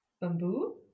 Bamboo